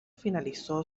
finalizó